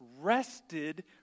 rested